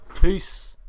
Peace